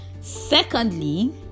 Secondly